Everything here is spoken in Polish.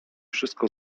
wszystko